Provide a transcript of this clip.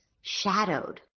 shadowed